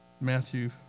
Matthew